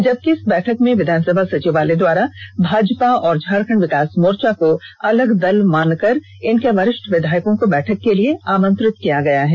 जबकि इस बैठक में विधानसभा सचिवालय द्वारा भाजपा और झारखंड विकास मोर्चा को अलग दल मानकर इनके वरिष्ठ विधायकों को बैठक के लिए आमंत्रित किया गया है